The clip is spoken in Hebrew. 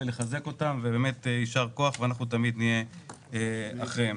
באמת יישר כוח ותמיד נהיה אחריהם.